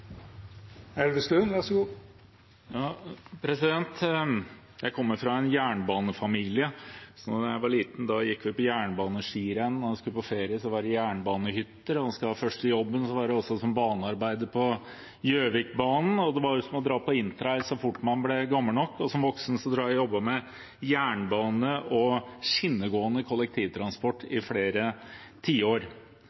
Jeg kommer fra en jernbanefamilie. Da jeg var liten, gikk vi på jernbaneskirenn, da vi skulle på ferie, var det på jernbanehytter, og da jeg skulle ha min første jobb, var det som banearbeider på Gjøvikbanen. Det var å dra på interrail så fort jeg ble gammel nok, og som voksen jobbet jeg med jernbane og skinnegående kollektivtransport